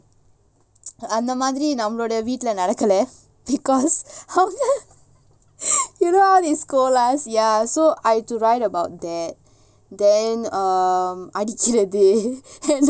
அந்தமாதிரிநம்மளோடவீட்லநடக்கல:andha madhiri nammaloda veetla nadakkala because you know how they scold us ya so I have to write about that then um அடிக்கிறது:adikirathu